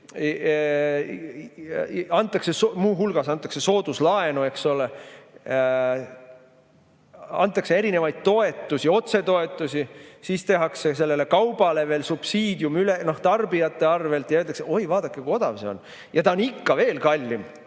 muu hulgas antakse sooduslaenu, eks ole, antakse erinevaid toetusi, otsetoetusi. Siis tehakse sellele kaubale veel subsiidium tarbijate arvel ja öeldakse: oi, vaadake, kui odav see on. Ja ta on ikka veel kallim